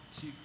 two